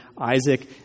Isaac